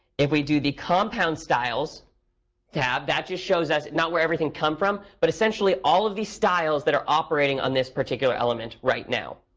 if we do the compound styles tab, that just shows us, not where everything comes from, but essentially all of these styles that are operating on this particular element right now.